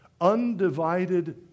Undivided